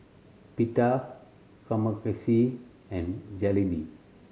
Pita Kamameshi and Jalebi